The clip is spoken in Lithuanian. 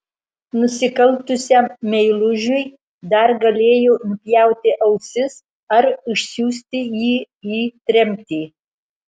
nusikaltusiam meilužiui dar galėjo nupjauti ausis ar išsiųsti jį į tremtį